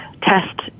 test